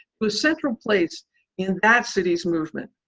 whose central place in that city's movement.